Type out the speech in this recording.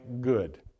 good